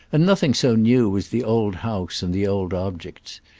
and nothing so new as the old house and the old objects.